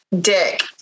dick